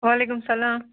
وعلیکُم سَلام